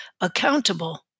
accountable